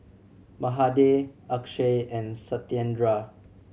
Mahade Akshay and Satyendra